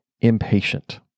impatient